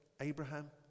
Abraham